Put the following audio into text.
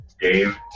Dave